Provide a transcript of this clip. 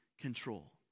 control